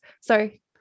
sorry